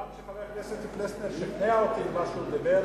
מכיוון שחבר הכנסת פלסנר כבר שכנע אותי כשהוא דיבר,